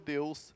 Deus